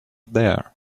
there